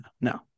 No